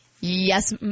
Yes